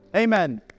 Amen